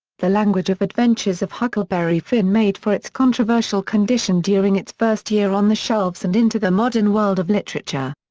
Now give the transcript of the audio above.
the language of adventures of huckleberry finn made for its controversial condition during its first year on the shelves and into the modern world of literature.